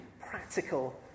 practical